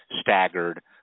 staggered